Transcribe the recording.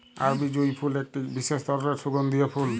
আরবি জুঁই ফুল একটি বিসেস ধরলের সুগন্ধিও ফুল